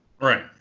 Right